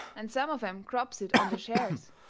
and some of em crops it on the shares,